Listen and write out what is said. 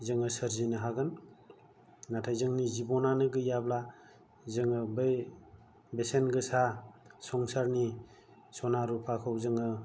जोङो सोरजिनो हागोन नाथाय जोंनि जिबनानो गैयाब्ला जोङो बै बेसेन गोसा संसारनि सना रुपाखौ जोङो